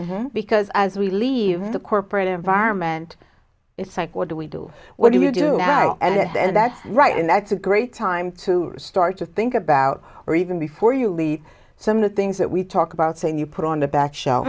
time because as we leave the corporate environment it's like what do we do what do we do now and that's right and that's a great time to start to think about or even before you leave some of the things that we talk about saying you put on the back show